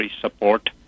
support